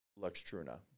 Luxtruna